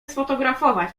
sfotografować